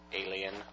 alien